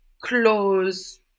close